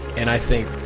and i think,